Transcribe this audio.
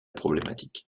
problématiques